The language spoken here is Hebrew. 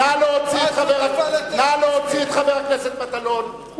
נא להוציא את חבר הכנסת מטלון.